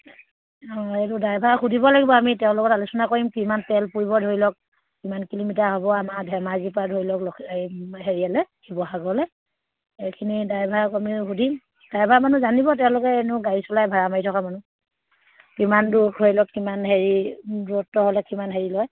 অঁ এইটো ড্ৰাইভাৰক সুধিব লাগিব আমি তেওঁৰ লগত আলোচনা কৰিম কিমান তেল পৰিব ধৰি লওক কিমান কিলোমিটাৰ হ'ব আমাৰ ধেমাজিৰপৰা ধৰি লওক এই হেৰিয়ালৈ শিৱসাগৰলৈ এইখিনি ড্ৰাইভাৰক আমি সুধিম ড্ৰাইভাৰ মানুহ জানিব তেওঁলোকে এনেও গাড়ী চলাই ভাড়া মাৰি থকা মানুহ কিমান দূৰ ধৰি লওক কিমান হেৰি দূৰত্ব হ'লে কিমান হেৰি লয়